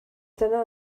dyna